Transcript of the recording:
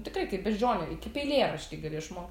tikrai kaip beždžionė i kaip eilėraštį gali išmokt